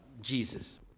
Jesus